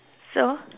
so